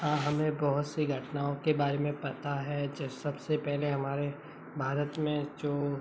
हाँ हमें बहुत से घटनाओं के बारे में पता है जो सब से पहले हमारे भारत में जो